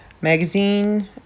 Magazine